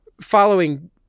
following